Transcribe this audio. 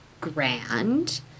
grand